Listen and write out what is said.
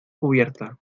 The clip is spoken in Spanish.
cubierta